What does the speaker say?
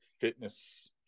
fitness